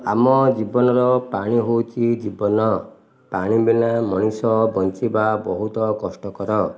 ଆମ ଜୀବନର ପାଣି ହେଉଛି ଜୀବନ ପାଣି ବିନା ମଣିଷ ବଞ୍ଚିବା ବହୁତ କଷ୍ଟକର